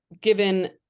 given